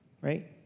right